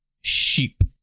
Sheep